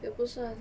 也不算